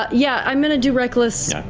ah yeah, i'm going to do reckless.